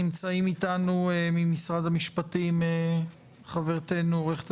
נמצאים איתנו ממשרד המשפטים חברתנו עורכת